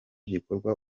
gikorwa